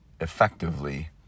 effectively